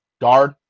Guard